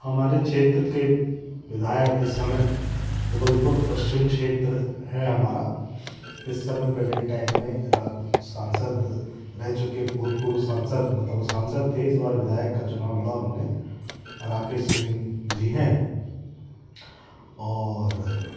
हमारे क्षेत्र के विधायक इस समय जबलपुर पश्चिम क्षेत्र है हमारा इस समय प्रेज़ेंट टाइम में रक्त सांसद रह चुके भूतपूर्व सांसद मतलब वे सांसद थे इस बार विधायक का चुनाव लड़ा उन्होंने राकेश सिंह जी है और